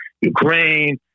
Ukraine